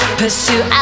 pursue